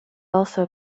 also